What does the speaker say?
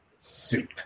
soup